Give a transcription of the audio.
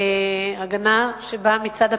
הגנה שבאה מצד הפדגוגים,